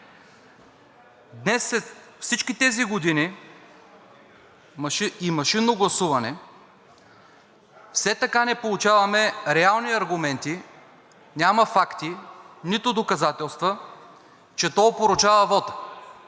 след всички тези години и машинно гласуване все така не получаваме реални аргументи. Няма факти, нито доказателства, че то опорочава вота,